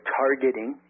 targeting